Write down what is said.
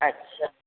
अच्छा